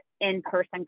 in-person